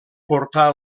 portar